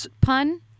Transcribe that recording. pun